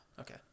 okay